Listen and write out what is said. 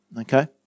Okay